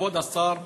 כבוד השר,